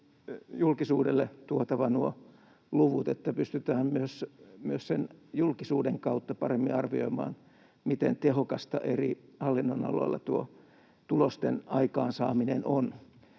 julkisuudelle tuotava nuo luvut, niin että pystytään myös sen julkisuuden kautta paremmin arvioimaan, miten tehokasta eri hallinnonaloilla tuo tulosten aikaansaaminen on.